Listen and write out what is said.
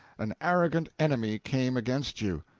an arrogant enemy came against you.